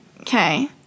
okay